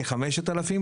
כ-5,000,